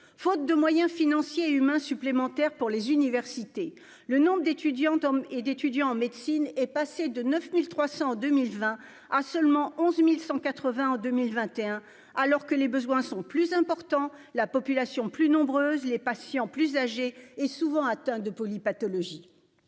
faute de moyens financiers et humains supplémentaires pour les universités, le nombre d'étudiantes et d'étudiants en médecine est passé de 9300 en 2020 à seulement 11180 en 2021 alors que les besoins sont plus importants, la population plus nombreuse, les patients plus âgés et souvent atteints de poly-pathologies